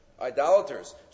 Idolaters